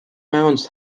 mounds